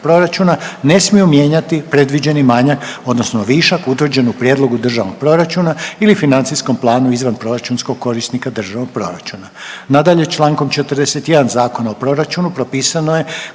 ne smiju mijenjati predviđeni manjak odnosno višak utvrđen u Prijedlogu državnog proračuna ili financijskom planu izvanproračunskog korisnika državnog proračuna. Nadalje, čl. 41 Zakona o proračunu propisano je